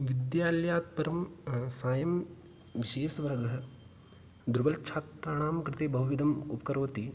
विद्यालयात् परं सायं विशेषवर्गः दुर्बलच्छात्राणां कृते बहुविधं उपकरोति